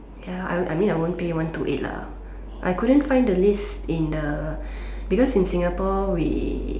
ya I I mean I wouldn't pay one two eight lah I couldn't find the list in the because in Singapore we